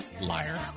Liar